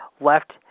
left